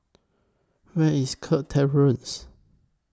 Where IS Kirk Terrace